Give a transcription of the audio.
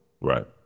Right